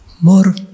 more